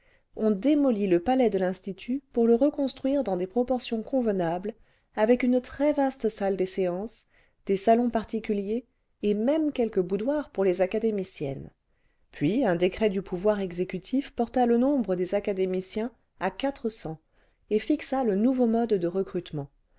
on démolit le palais de l'institut pour le reconstruire dans'des proportions convenables avec une très vaste salle des séances des salmis particuliers et même quelques boudoirs pour les académiciennes puis uii décret clù pouvoir exécutif porta le nombre des académiciens à quatre cents et fixa lé nouveau mode de recrutement